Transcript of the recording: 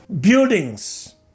buildings